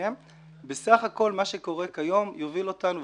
בסך הכול מה שקורה כיום יוביל אותנו,